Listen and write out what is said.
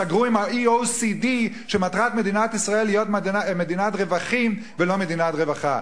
סגרו עם ה-OECD שמטרת מדינת ישראל להיות מדינת רווחים ולא מדינת רווחה.